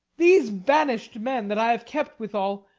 these banish'd men, that i have kept withal,